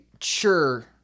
sure